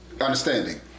Understanding